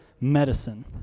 medicine